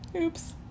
Oops